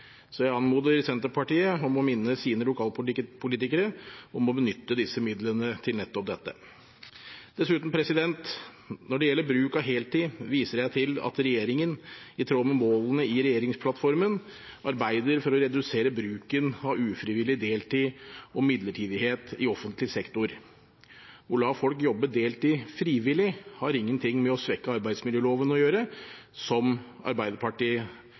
Jeg anmoder Senterpartiet om å minne sine lokalpolitikere om å benytte disse midlene til nettopp dette. Dessuten: Når det gjelder bruk av heltid, viser jeg til at regjeringen i tråd med målene i regjeringsplattformen arbeider for å redusere bruken av ufrivillig deltid og midlertidighet i offentlig sektor. Å la folk jobbe deltid frivillig har ingenting med å svekke arbeidsmiljøloven å gjøre, som Arbeiderpartiet,